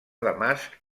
damasc